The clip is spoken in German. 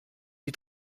die